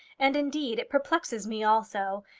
and, indeed, it perplexes me also.